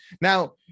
Now